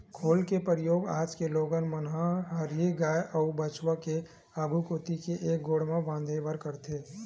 खोल के परियोग आज के लोगन मन ह हरही गाय अउ बछवा के आघू कोती के एक गोड़ म बांधे बर करथे